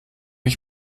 ich